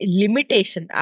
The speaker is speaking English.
limitation